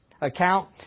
account